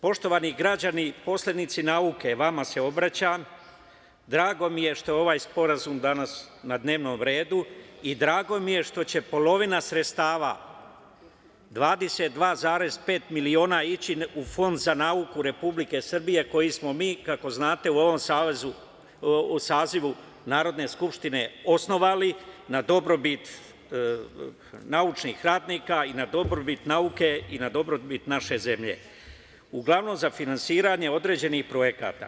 Poštovani građani, poslanici nauke, vama se obraćam, drago mi je što je ovaj sporazum danas na dnevnom redu i drago mi je što će polovina sredstava, 22,5 miliona ići u Fondu za nauku Republike Srbije, koji smo mi, kako znate, u ovom sazivu Narodne skupštine osnovali na dobrobit naučnih radnika i na dobrobit nauke i na dobrobit naše zemlje, uglavnom za finansiranje određenih projekata.